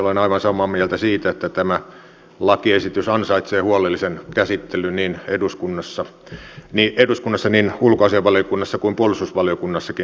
olen aivan samaa mieltä siitä että tämä lakiesitys ansaitsee huolellisen käsittelyn eduskunnassa niin ulkoasiainvaliokunnassa kuin puolustusvaliokunnassakin